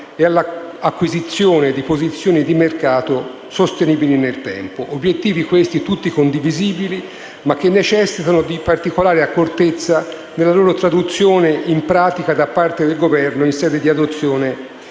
e all'acquisizione di posizioni di mercato sostenibili nel tempo. Si tratta di obiettivi tutti condivisibili, ma che necessitano di particolare accortezza nella loro traduzione in pratica da parte del Governo in sede di adozione dei